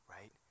right